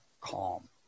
calm